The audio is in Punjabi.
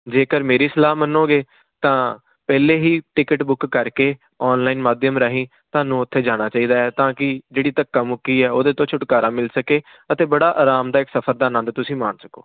ਜੇਕਰ ਮੇਰੀ ਸਲਾਹ ਮੰਨੋਗੇ ਤਾਂ ਪਹਿਲੇ ਹੀ ਟਿਕਟ ਬੁੱਕ ਕਰਕੇ ਔਨਲਾਈਨ ਮਾਧਿਅਮ ਰਾਹੀਂ ਤੁਹਾਨੂੰ ਉੱਥੇ ਜਾਣਾ ਚਾਹੀਦਾ ਹੈ ਤਾਂ ਕਿ ਜਿਹੜੀ ਧੱਕਾ ਮੁੱਕੀ ਆ ਉਹਦੇ ਤੋਂ ਛੁਟਕਾਰਾ ਮਿਲ ਸਕੇ ਅਤੇ ਬੜਾ ਆਰਾਮ ਦਾ ਇੱਕ ਸਫ਼ਰ ਦਾ ਆਨੰਦ ਤੁਸੀਂ ਮਾਣ ਸਕੋ